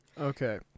Okay